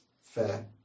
fair